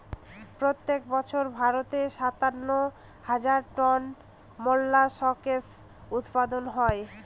প্রত্যেক বছর ভারতে সাতান্ন হাজার টন মোল্লাসকস উৎপাদন হয়